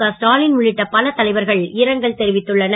கஸ்டாலின் உள்ளிட்ட பல தலைவர்கள் இரங்கல் தெரிவித்துள்ளனர்